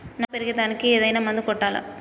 నారు పెరిగే దానికి ఏదైనా మందు కొట్టాలా?